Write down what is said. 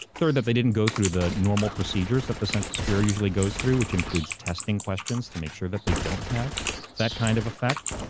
third, that they didn't go through the normal procedures that the census bureau usually goes through, which includes testing questions to make sure they don't have that kind of effect.